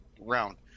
round